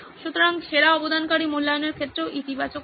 সুতরাং সেরা অবদানকারী মূল্যায়নের ক্ষেত্রেও ইতিবাচক হতে পারে